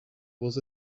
was